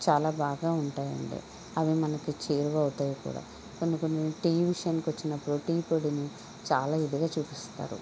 చాలా బాగా ఉంటాయండి అవి మనకు చేరువవుతాయి కూడా కొన్ని కొన్ని టీ విషయానికి వచ్చినప్పడు టీ పొడిని చాలా ఇదిగా చూపిస్తారు